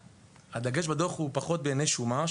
הדגש בדוח הוא פחות בענייני שומה,